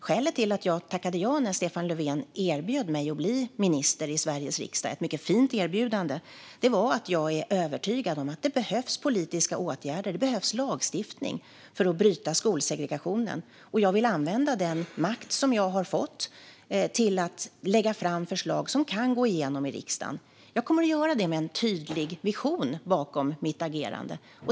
Skälet till att jag tackade ja när Stefan Löfven erbjöd mig att bli minister i Sveriges regering - ett mycket fint erbjudande - var att jag är övertygad om att det behövs politiska åtgärder och lagstiftning för att bryta skolsegregationen. Jag vill använda den makt som jag har fått till att lägga fram förslag som kan gå igenom i riksdagen. Jag kommer att göra det med en tydlig vision bakom mitt agerande.